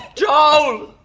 joel!